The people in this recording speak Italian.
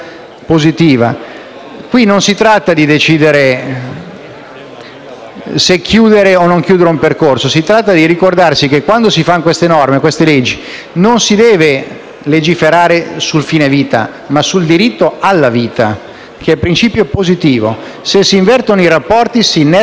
se chiudere o no un percorso, ma di ricordarsi che quando si fanno queste norme si deve legiferare non sul fine vita, ma sul diritto alla vita, che è un principio positivo. Se si invertono i rapporti, si innesca un meccanismo da cui rischiamo di non uscire o, peggio, di uscire